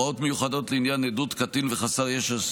הוראות מיוחדות לעניין עדות קטין וחסר ישע,